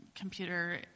computer